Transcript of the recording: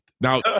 now